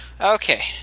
Okay